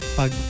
pag